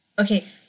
okay